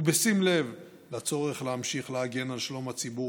ובשים לב לצורך להמשיך להגן על שלום הציבור,